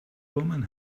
woman